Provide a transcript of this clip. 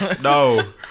No